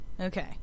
Okay